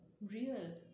real